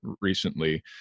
recently